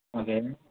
okay